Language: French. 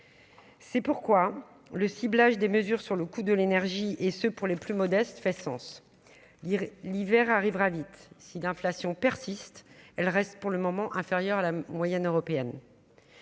c'est pourquoi le ciblage des mesures sur le coût de l'énergie, et ce pour les plus modestes fait sens l'hiver arrivera vite si l'inflation persiste, elle reste pour le moment, inférieur à la moyenne européenne,